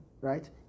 Right